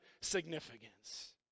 significance